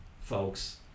folks